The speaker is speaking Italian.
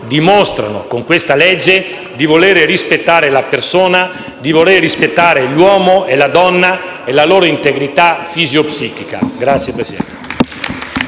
dimostrano, con questa legge, di voler rispettare la persona, di volere rispettare l'uomo e la donna e la loro integrità fisiopsichica. *(Applausi